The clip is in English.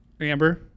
Amber